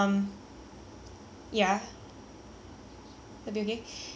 ya um so there's there's there's one member of staff